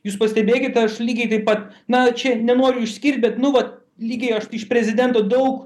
jūs pastebėkit aš lygiai taip pat na čia nenoriu išskirt bet nu vat lygiai aš iš prezidento daug